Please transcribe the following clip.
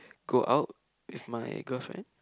go out with my girlfriend